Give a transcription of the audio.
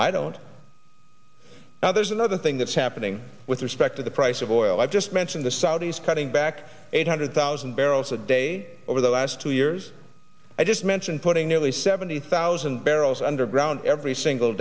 i don't know there's another thing that's happening with respect to the price of oil i just mentioned the saudis cutting back eight hundred thousand barrels a day over the last two years i just mentioned putting nearly seventy thousand barrels underground every single